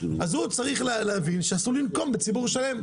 אז הוא צריך להבין שאסור לנקום בציבור שלם.